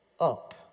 up